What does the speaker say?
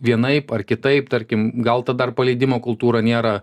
vienaip ar kitaip tarkim gal ta dar paleidimo kultūra nėra